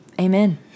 Amen